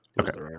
Okay